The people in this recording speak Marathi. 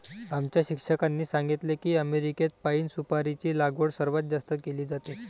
आमच्या शिक्षकांनी सांगितले की अमेरिकेत पाइन सुपारीची लागवड सर्वात जास्त केली जाते